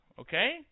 okay